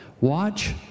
Watch